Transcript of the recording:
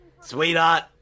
sweetheart